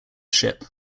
ship